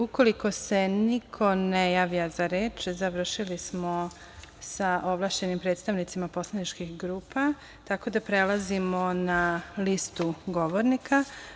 Ukoliko se niko ne javlja za reč, završili smo sa ovlašćenim predstavnicima poslaničkih grupa, tako da prelazimo na listu govornika.